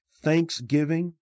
Thanksgiving